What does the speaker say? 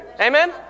Amen